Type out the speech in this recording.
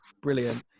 brilliant